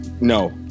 no